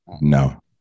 No